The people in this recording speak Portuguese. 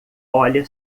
olha